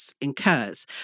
incurs